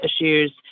Issues